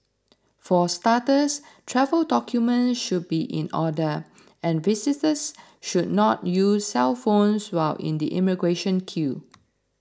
for starters travel documents should be in order and visitors should not use cellphones while in the immigration queue